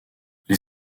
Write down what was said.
les